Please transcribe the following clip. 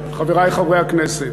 חברי חברי הכנסת,